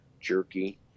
jerky